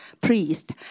priest